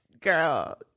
girl